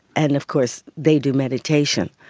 and of course they do meditation.